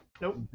Nope